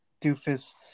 doofus